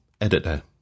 editor